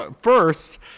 first